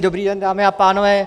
Dobrý den, dámy a pánové.